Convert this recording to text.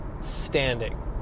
standing